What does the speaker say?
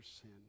sin